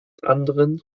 anderen